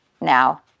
now